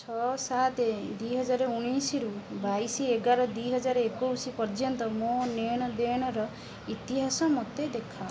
ଛଅ ସାତେ ଦୁଇହଜାର ଉଣେଇଶି ରୁ ବାଇଶି ଏଗାର ଦୁଇହଜାର ଏକୋଇଶି ପର୍ଯ୍ୟନ୍ତ ମୋ ନେଣ ଦେଣର ଇତିହାସ ମୋତେ ଦେଖାଅ